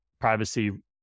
privacy